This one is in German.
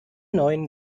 neun